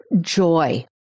joy